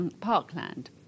parkland